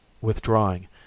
withdrawing